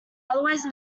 otherwise